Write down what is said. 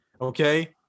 okay